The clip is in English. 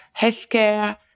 healthcare